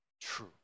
true